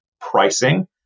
pricing